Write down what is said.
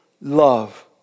love